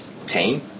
team